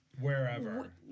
Wherever